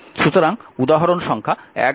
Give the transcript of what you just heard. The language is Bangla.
সুতরাং উদাহরণ 110 দেখা যাক